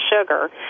sugar